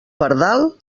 pardal